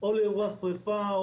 אליו או לאירוע שריפה,